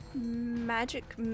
magic